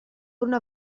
una